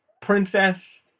Princess